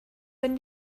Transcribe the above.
wenn